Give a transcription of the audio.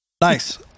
Nice